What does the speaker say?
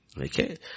Okay